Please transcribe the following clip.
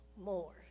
more